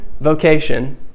vocation